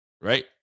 right